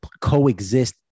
coexist